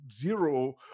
zero